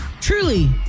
Truly